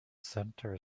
center